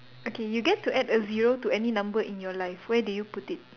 okay you get to add a zero to any number in your life where do you put it